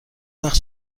وقت